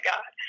God